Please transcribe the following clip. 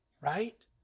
right